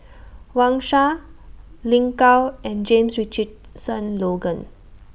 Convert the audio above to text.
Wang Sha Lin Gao and James Richardson Logan